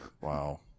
wow